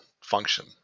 function